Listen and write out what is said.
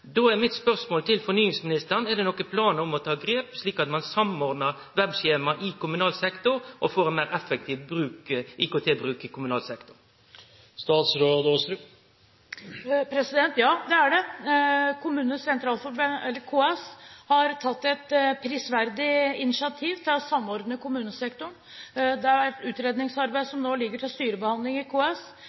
Då er mitt spørsmål til fornyingsministeren: Er det nokon planar om å ta grep, slik at ein samordnar web-skjema i kommunal sektor og får ein meir effektiv IKT-bruk i kommunal sektor? Ja, det er det. KS har tatt et prisverdig initiativ til å samordne kommunesektoren. Det har vært et utredningsarbeid, som nå ligger til styrebehandling i KS.